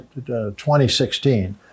2016